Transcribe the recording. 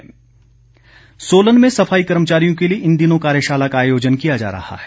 कार्यशाला सोलन में सफाई कर्मचारियों के लिए इन दिनों कार्यशाला का आयोजन किया जा रहा है